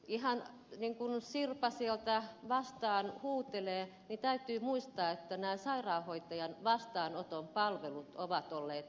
ihan niin kuin sirpa sieltä vastaan huutelee täytyy muistaa että nämä sairaanhoitajan vastaanoton palvelut ovat olleet ilmaisia